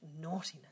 Naughtiness